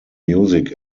music